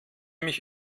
mich